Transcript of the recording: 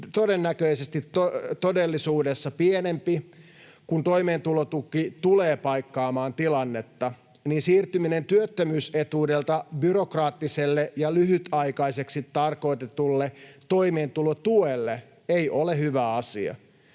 todennäköisesti todellisuudessa pienempi, kun toimeentulotuki tulee paikkaamaan tilannetta, siirtyminen työttömyysetuudelta byrokraattiselle ja lyhytaikaiseksi tarkoitetulle toimeentulotuelle ei ole hyvä asia.